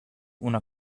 una